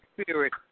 spirit